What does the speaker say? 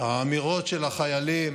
שהאמירות של החיילים